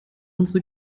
unsere